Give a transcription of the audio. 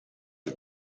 for